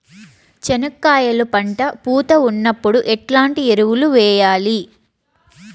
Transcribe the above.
చెనక్కాయలు పంట పూత ఉన్నప్పుడు ఎట్లాంటి ఎరువులు వేయలి?